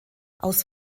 aus